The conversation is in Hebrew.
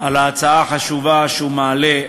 על ההצעה החשובה שהוא מעלה.